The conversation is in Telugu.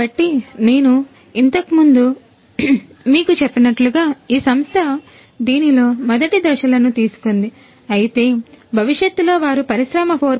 కాబట్టి నేను ఇంతకు ముందే మీకు చెప్పినట్లుగాఈ సంస్థ దీనిలో మొదటి దశలను తీసుకుంది అయితే భవిష్యత్తులో వారు పరిశ్రమ 4